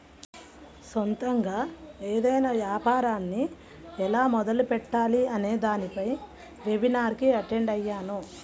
సొంతగా ఏదైనా యాపారాన్ని ఎలా మొదలుపెట్టాలి అనే దానిపై వెబినార్ కి అటెండ్ అయ్యాను